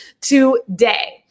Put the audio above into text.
today